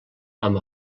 amb